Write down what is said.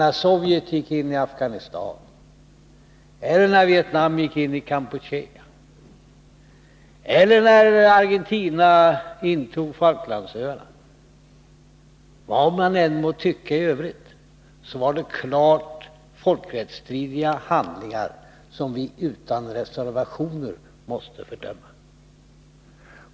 När Sovjet gick in i Afghanistan eller Vietnam i Kampuchea eller när Argentina intog Falklandsöarna var det — vad man än må tycka i övrigt — fråga om klart folkrättsstridiga handlingar, som vi utan reservationer måste fördöma.